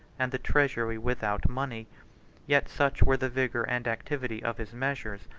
and the treasury without money yet such were the vigor and activity of his measures,